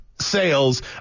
Sales